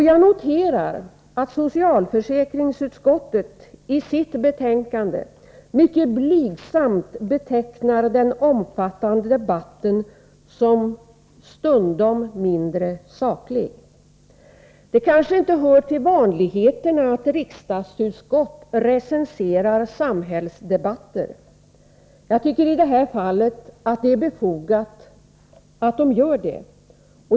Jag noterar att socialförsäkringsutskottet i sitt betänkande mycket blygsamt betecknar den omfattande debatten som ”stundom mindre saklig”. Det kanske inte hör till vanligheterna att riksdagsutskott recenserar samhällsde batter. Jag tycker i det här fallet att det är befogat att de gör det.